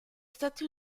stati